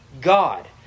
God